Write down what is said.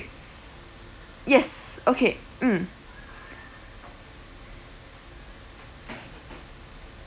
yes okay mm